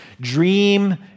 dream